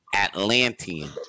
Atlantean